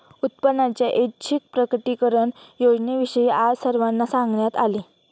उत्पन्नाच्या ऐच्छिक प्रकटीकरण योजनेविषयी आज सर्वांना सांगण्यात आले